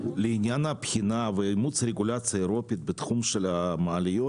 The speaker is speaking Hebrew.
לעניין הבחינה ואימוץ רגולציה אירופאית בתחום של המעליות,